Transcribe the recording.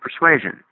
persuasion